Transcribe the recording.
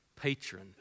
patron